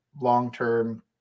long-term